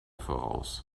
voraus